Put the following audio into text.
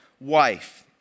wife